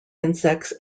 insects